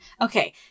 Okay